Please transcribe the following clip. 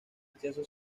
acceso